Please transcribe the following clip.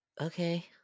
okay